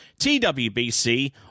TWBC